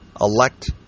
elect